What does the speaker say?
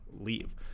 leave